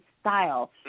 style